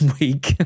week